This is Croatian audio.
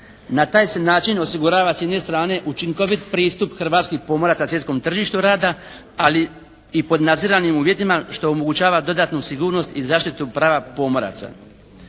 Na taj se način osigurava s jedne strane učinkovit pristup hrvatskih pomoraca na svjetskom tržištu rada ali i pod nadziranim uvjetima što omogućava dodatnu sigurnost i zaštitu prava pomoraca.